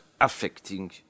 affecting